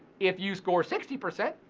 if you score sixty percent,